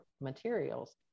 materials